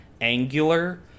angular